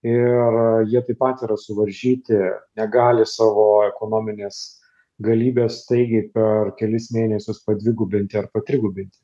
ir jie taip pat yra suvaržyti negali savo ekonominės galybės staigiai per kelis mėnesius padvigubinti ar patrigubinti